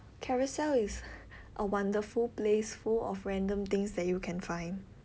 Carousell is a wonderful place full of random things that you can find